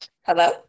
Hello